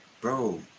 bro